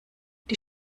die